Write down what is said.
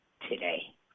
today